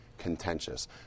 contentious